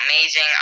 amazing